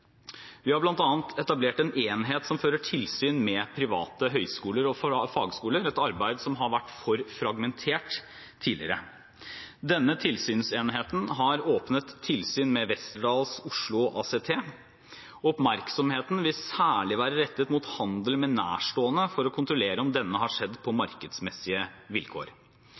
Vi har bl.a. etablert en enhet som fører tilsyn med private høyskoler og fagskoler, et arbeid som har vært for fragmentert tidligere. Denne tilsynsenheten har åpnet tilsyn med Westerdals Oslo ACT. Oppmerksomheten vil særlig være rettet mot handel med nærstående for å kontrollere om denne har skjedd på markedsmessige vilkår.